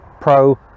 pro